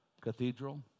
cathedral